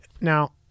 Now